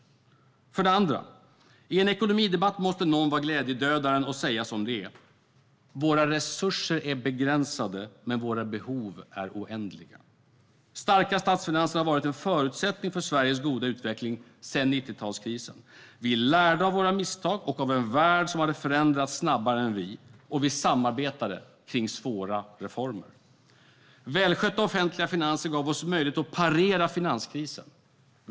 För det andra måste någon i en ekonomidebatt vara glädjedödaren och säga som det är: Våra resurser är begränsade, men våra behov är oändliga. Starka statsfinanser har varit en förutsättning för Sveriges goda utveckling sedan 90-talskrisen. Vi lärde av våra misstag och av en värld som hade förändrats snabbare än vi, och vi samarbetade kring svåra reformer. Välskötta offentliga finanser gav oss möjlighet att parera finanskrisen.